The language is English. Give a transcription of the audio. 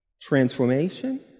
transformation